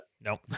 Nope